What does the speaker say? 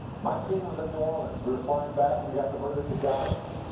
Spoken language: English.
my team was in new orleans. we were flying back. and we got diverted to dallas.